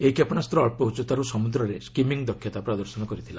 ଏହି କ୍ଷେପଣାସ୍ତ ଅଳ୍ପ ଉଚ୍ଚତାରୁ ସମୁଦ୍ରରେ ସ୍କିମିଂ ଦକ୍ଷତା ପ୍ରଦର୍ଶନ କରିଥିଲା